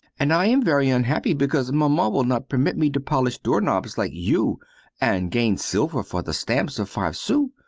and i am very unhappy because maman will not permit me to polish door-knobs like you and gain silver for the stamps of five sous.